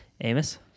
Amos